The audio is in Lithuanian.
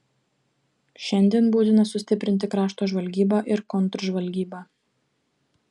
šiandien būtina sustiprinti krašto žvalgybą ir kontržvalgybą